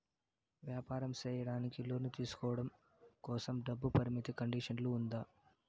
వ్యాపారం సేయడానికి లోను తీసుకోవడం కోసం, డబ్బు పరిమితి కండిషన్లు ఉందా?